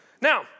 now